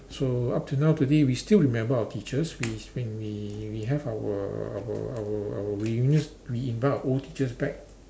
so up till now today we still remember our teachers we when we we have our our our our reunions we invite our old teachers back